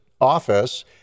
office